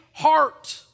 heart